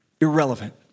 Irrelevant